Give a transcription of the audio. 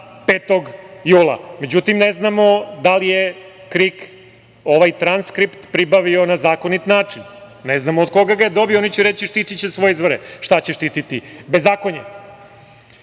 5. jula. Međutim, ne znamo da li je KRIK, ovaj transkript pribavio na zakoniti način. Ne znamo od koga ga je dobio, oni će reći, štitiće svoje izvore. Šta će štititi? Bezakonje? Znači,